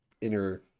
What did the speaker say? inner